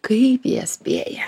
kaip jie spėja